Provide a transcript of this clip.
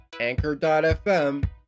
anchor.fm